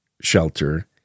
shelter